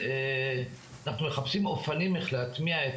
אנחנו מחפשים אופנים איך להטמיע את